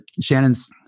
Shannon's